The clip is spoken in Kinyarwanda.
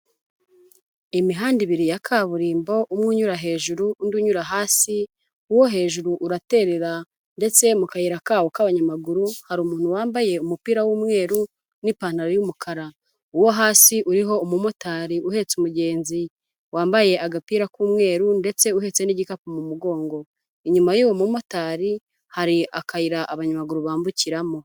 Imihanda ibiri ya kaburimbo, umwe unyura hejuru undi unyura hasi, uwo hejuru uraterera ndetse mu kayira kawo k'abanyamaguru, hari umuntu wambaye umupira w'umweru n'ipantaro y'umukara, uwo hasi uriho umumotari uhetse umugenzi wambaye agapira k'umweru ndetse uhetse n'igikapu mu mugongo, inyuma y'uwo mu motari hari akayira abanyamaguru bambukiramo.